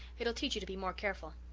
it'll teach you to be more careful.